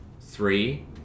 three